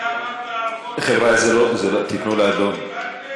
אתה אמרת ארוחות, חבריא, זו לא, תיתנו לאדון.